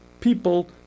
people